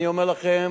אני אומר לכם,